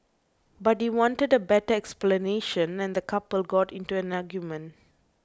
but he wanted a better explanation and the couple got into an argument